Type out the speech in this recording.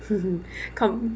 hmm hmm con~